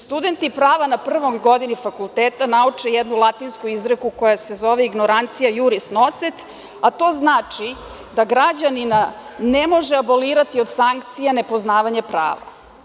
Studenti prava na prvoj godini fakulteta nauče jednu latinsku izreku koja se zove ignorantia iuris nocet, a to znači da građanina ne može abolirati od sankcija nepoznavanje prava.